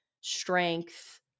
strength